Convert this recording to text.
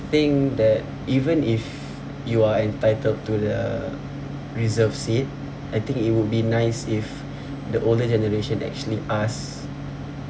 think that even if you are entitled to the reserved seat I think it would be nice if the older generation actually ask